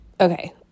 okay